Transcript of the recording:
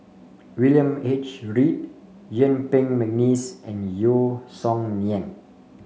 William H Read Yuen Peng McNeice and Yeo Song Nian